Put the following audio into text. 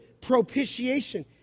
propitiation